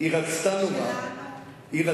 היא רצתה נורא,